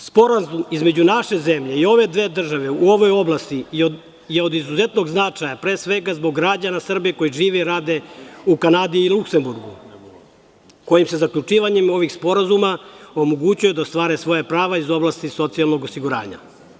Sporazum između naše zemlje i ove dve države u ovoj oblasti je od izuzetnog značaja, pre svega zbog građana Srbije koji žive i rade u Kanadi i Luksemburgu, kojim se zaključivanjem ovih sporazuma omogućuje da ostvare svoja prava iz oblasti socijalnog osiguranja.